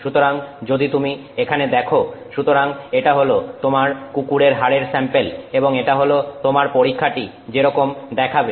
সুতরাং যদি তুমি এখানে দেখো সুতরাং এটা হল তোমার কুকুরের হাড়ের স্যাম্পেল এবং এটা হল তোমার পরীক্ষাটি যেরকম দেখাবে